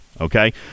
okay